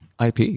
IP